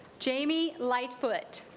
jamie lightfoot